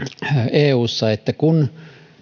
eussa että kun